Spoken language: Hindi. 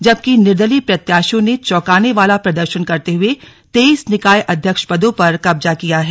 जबकि निर्दलीय प्रत्याशियों ने चौंकाने वाला प्रदर्शन करते हुए तेईस निकाय अध्यक्ष पदों पर कब्जा किया है